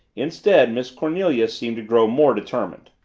instead, miss cornelia seemed to grow more determined.